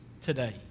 today